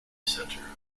center